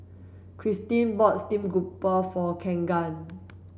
Christine bought stream grouper for Keagan